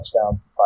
touchdowns